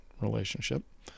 relationship